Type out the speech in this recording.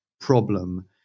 problem